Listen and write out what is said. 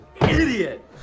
idiot